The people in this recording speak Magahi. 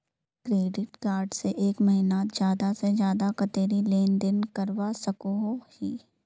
क्रेडिट कार्ड से एक महीनात ज्यादा से ज्यादा कतेरी लेन देन करवा सकोहो ही?